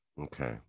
Okay